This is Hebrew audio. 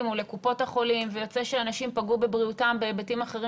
או לקופות החולים ויוצא שאנשים פגעו בבריאותם בהיבטים אחרים